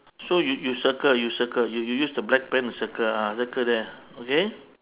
so you you circle you circle you use the black pen to circle ah circle there okay